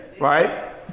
right